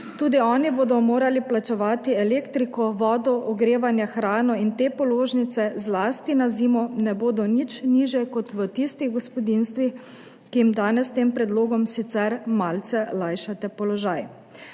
Tudi oni bodo morali plačevati elektriko, vodo, ogrevanje, hrano in te položnice zlasti na zimo ne bodo nič nižje kot v tistih gospodinjstvih, ki jim danes s tem predlogom sicer malce lajšate položaj.